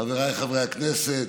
חבריי חברי הכנסת,